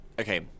okay